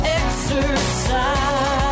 exercise